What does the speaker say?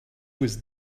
was